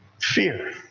Fear